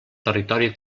territori